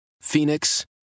Phoenix